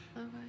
Okay